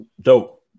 Dope